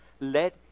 Let